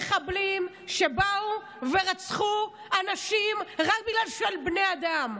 מחבלים שבאו ורצחו אנשים רק בגלל שהם בני אדם.